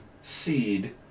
seed